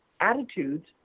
attitudes